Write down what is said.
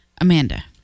Amanda